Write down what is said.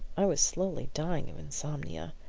i was slowly dying of insomnia.